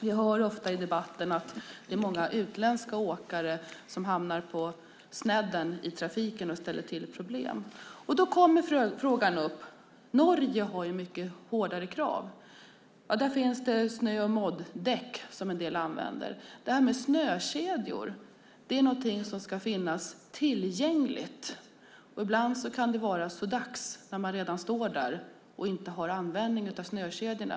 Vi hör ofta i debatten att det är många utländska åkare som hamnar på snedden i trafiken och ställer till problem. Då kommer en fråga upp. Norge har mycket hårdare krav. Där finns det snö och modd-däck som en del använder. Snökedjor är någonting som ska finnas tillgängligt. Ibland kan det vara så dags när man redan står där och inte har användning för snökedjorna.